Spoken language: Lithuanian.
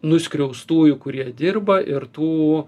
nuskriaustųjų kurie dirba ir tų